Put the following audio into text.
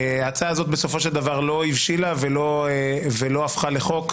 ההצעה הזאת בסופו של דבר לא הבשילה ולא הפכה לחוק,